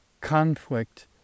conflict